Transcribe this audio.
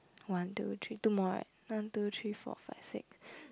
one two three two more right one two three four five six